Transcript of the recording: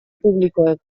publikoek